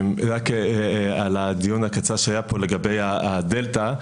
רק על הדיון הקצר שהיה פה לגבי הדלתא,